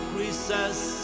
recess